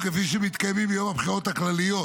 כפי שמתקיים ביום הבחירות הכלליות,